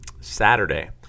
Saturday